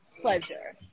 pleasure